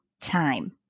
time